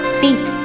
feet